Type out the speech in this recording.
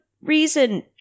reason